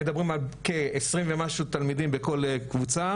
אנחנו מדברים על כעשרים ומשהו תלמידים בכל קבוצה